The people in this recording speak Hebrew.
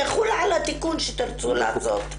שיחול על התיקון שתרצו לעשות.